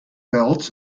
belts